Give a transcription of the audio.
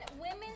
women